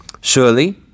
Surely